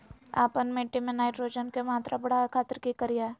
आपन मिट्टी में नाइट्रोजन के मात्रा बढ़ावे खातिर की करिय?